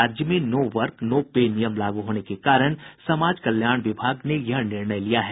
राज्य में no work no pay नियम लागू होने के कारण समाज कल्याण विभाग ने यह निर्णय लिया है